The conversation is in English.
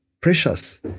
precious